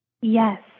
Yes